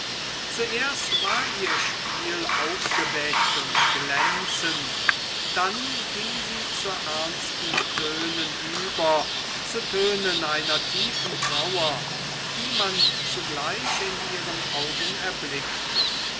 zuerst war ihr spiel aufgeweckt und glänzend dann ging sie zu ernsten tönen über zu tönen einer tiefen trauer die man zugleich in ihren augen erblickte